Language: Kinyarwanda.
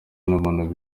n’umuntu